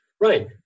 Right